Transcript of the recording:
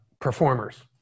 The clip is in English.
performers